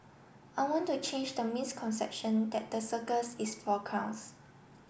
I want to change the misconception that the circus is for clowns